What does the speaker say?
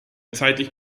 zeitlich